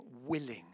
willing